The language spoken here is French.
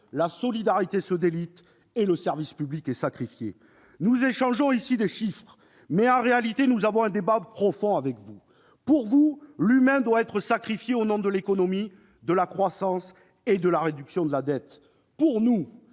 la solidarité se délite et le service public est sacrifié. Nous échangeons ici des chiffres, mais, en réalité, nous avons un débat profond avec vous. Pour vous, l'humain doit être sacrifié au nom de l'économie, de la croissance et de la réduction de la dette. Pour nous,